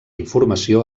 informació